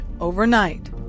overnight